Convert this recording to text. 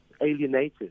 alienated